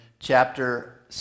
Chapter